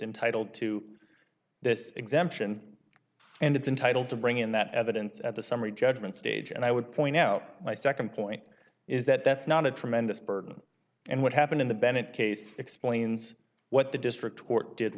entitle to this exemption and it's entitle to bring in that evidence at the summary judgment stage and i would point out my nd point is that that's not a tremendous burden and what happened in the bennett case explains what the district